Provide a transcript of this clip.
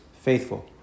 faithful